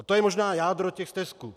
A to je možná jádro těch stesků.